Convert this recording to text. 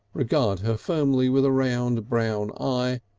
regard her firmly with a round brown eye,